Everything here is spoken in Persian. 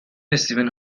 استیون